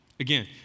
Again